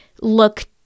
look